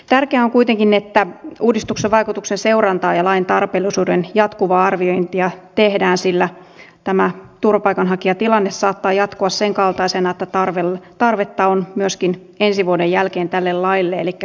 tärkeää on kuitenkin että uudistuksen vaikutusten seurantaa ja lain tarpeellisuuden jatkuvaa arviointia tehdään sillä tämä turvapaikanhakijatilanne saattaa jatkua sen kaltaisena että tarvetta on myöskin ensi vuoden jälkeen tälle laille